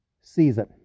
season